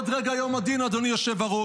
עוד רגע יום הדין, אדוני היושב-ראש.